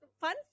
fun